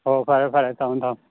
ꯑꯣ ꯐꯔꯦ ꯐꯔꯦ ꯊꯝꯃꯨ ꯊꯝꯃꯨ